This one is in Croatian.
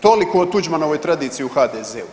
Toliko o Tuđmanovoj tradiciji u HDZ-u.